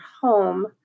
home